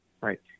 right